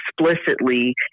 explicitly